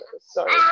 sorry